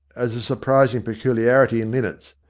as a surprising peculiarity in linnets,